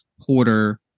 Porter